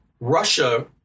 Russia